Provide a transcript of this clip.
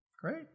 Great